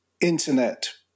internet